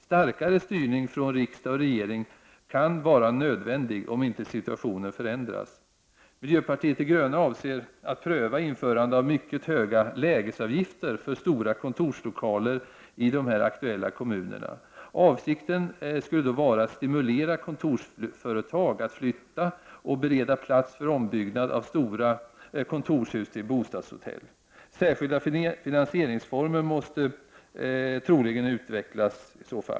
Starkare styrning från riksdag och regering kan vara nödvändig om inte situationen förändras. Miljöpartiet de gröna avser att pröva införande av mycket höga lägesavgifter för stora kontorslokaler i aktuella kommuner. Avsikten skulle vara att stimulera kontorsföretag att flytta och bereda plats för ombyggnad av stora kontorshus till bostadshotell. Särskilda finansieringsformer måste i så fall troligen utvecklas.